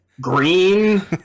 green